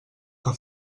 que